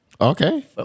Okay